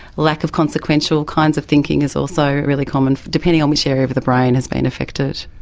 lack of consequential kinds of thinking is also really common, depending on which area of of the brain has been affected.